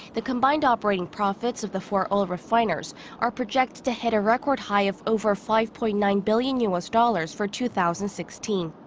the combined operating profits of the four oil refiners are projected to hit a record high of over five-point-nine billion u s. dollars for two thousand and sixteen.